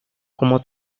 como